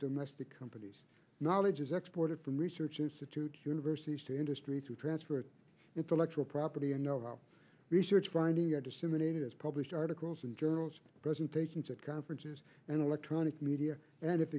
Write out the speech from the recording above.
domestic companies knowledge is export it from research institutes universities to industry to transfer of intellectual property and no research finding a disseminated is published articles and journals presentations at conferences and electronic media and i